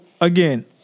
again